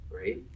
right